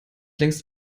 längst